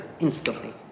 instantly